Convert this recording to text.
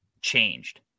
changed